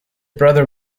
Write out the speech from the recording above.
brother